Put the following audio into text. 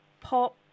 pop